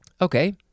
Okay